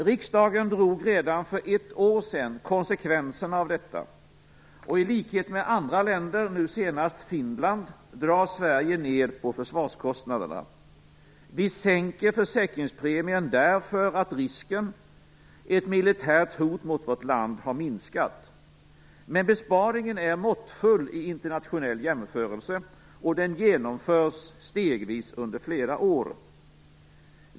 Riksdagen tog redan för ett år sedan konsekvensen av detta och i likhet med andra länder, nu senast Finland, drar Sverige ned på försvarskostnaderna. Vi sänker försäkringspremien för att risken, ett militärt hot mot vårt land, har minskat. Men besparingen är måttfull i internationell jämförelse, och den genomförs stegvis under flera år.